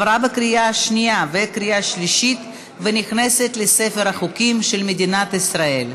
התקבלה בקריאה שנייה ובקריאה שלישית ונכנסת לספר החוקים של מדינת ישראל.